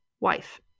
Wife